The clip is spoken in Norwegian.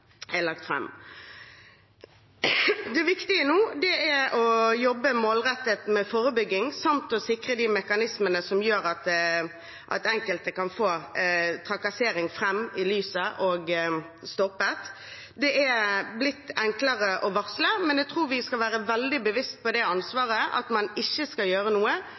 er lagt fram. Det viktige nå er å jobbe målrettet med forebygging samt sikre de mekanismene som gjør at enkelte kan få trakassering fram i lyset og stoppet. Det er blitt enklere å varsle, men jeg tror vi skal være veldig bevisste på det ansvaret man har, slik at man ikke gjør noe